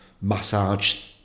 massage